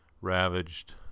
ravaged